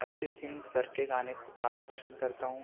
Arijit Singh sir के गाने को काफ़ी पसंद करता हूँ